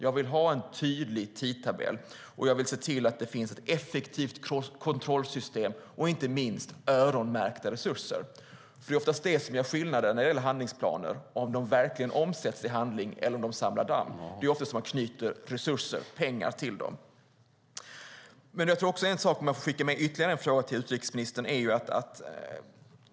Jag vill ha en tydlig tidtabell, och jag vill se till att det finns ett effektivt kontrollsystem och inte minst öronmärkta resurser. Det som ofta gör skillnad när det gäller handlingsplaner och om de verkligen omsätts i handling eller om de samlar damm är om man knyter resurser, alltså pengar, till dem. Jag vill skicka med ytterligare en fråga till utrikesministern.